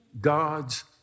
God's